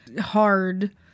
hard